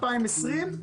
הסתיים --- בשנת 2020,